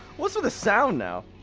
what's with the sound now?